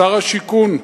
שר השיכון,